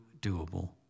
doable